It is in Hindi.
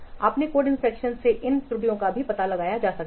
आपके कोड इंस्पेक्शन से इन त्रुटियों का भी पता लगाया जा सकता है